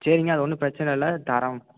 சரிங்க அது ஒன்றும் பிரச்சனை இல்லை தரம்